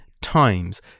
times